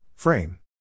Frame